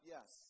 Yes